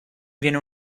viene